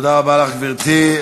תודה רבה לך, גברתי.